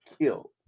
killed